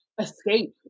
escape